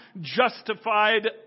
justified